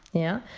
yeah.